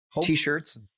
t-shirts